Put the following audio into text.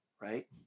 right